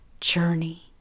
journey